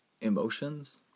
emotions